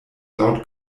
laut